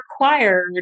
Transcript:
required